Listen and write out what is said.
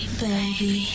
baby